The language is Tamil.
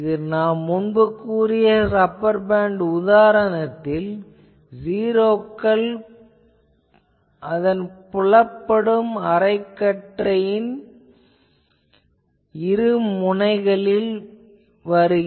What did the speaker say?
இது நாம் முன்பு கூறிய ரப்பர் பேண்ட் உதாரணத்தில் அதை ஜீரோக்கள் அதன் புலப்படும் அலைக்கற்றையின் இருமுனைகளில் வரும்